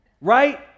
Right